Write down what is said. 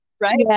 Right